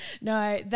No